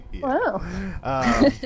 Wow